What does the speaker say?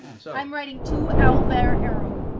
so i'm writing, two owlbear arrows.